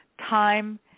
time